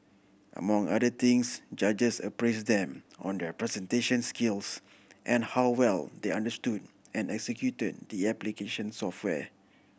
among other things judges appraised them on their presentation skills and how well they understood and executed the application software